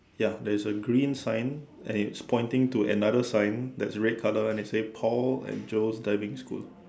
ya there is a green sign and it's pointing to another sign that's red colour and it says Paul and Joe's diving school